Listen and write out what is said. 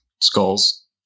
skulls